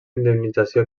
indemnització